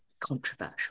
controversial